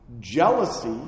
jealousy